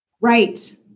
Right